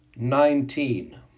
Nineteen